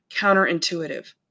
counterintuitive